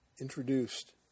introduced